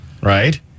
right